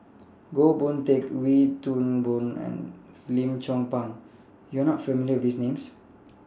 Goh Boon Teck Wee Toon Boon and Lim Chong Pang YOU Are not familiar with These Names